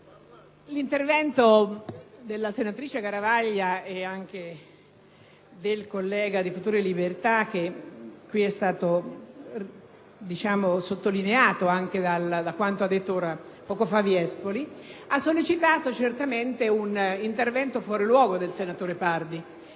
l’intervento della senatrice Garavaglia, e anche del collega di Futuro e Liberta– che qui e stato sottolineato anche da quanto ha detto poco fa il senatore Viespoli – ha sollecitato certamente un intervento fuori luogo del senatore Pardi